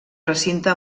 recinte